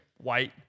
white